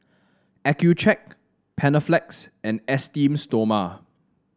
Accucheck Panaflex and Esteem Stoma